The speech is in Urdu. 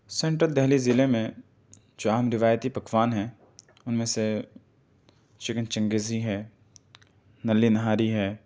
سینٹرل دہلی ضلعے میں چند روایتی پکوان ہیں ان میں سے چکن چنگیزی ہے نلی نہاری ہے